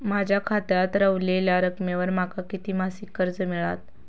माझ्या खात्यात रव्हलेल्या रकमेवर माका किती मासिक कर्ज मिळात?